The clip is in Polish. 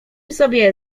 sobie